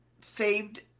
saved